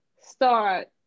start